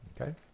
Okay